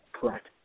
Correct